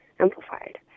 amplified